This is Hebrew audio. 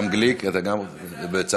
גם גליק וגם בצלאל.